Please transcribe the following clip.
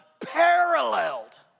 unparalleled